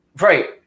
Right